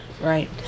Right